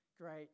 great